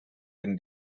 been